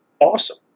awesome